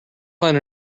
find